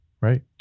right